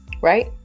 Right